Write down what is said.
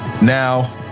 Now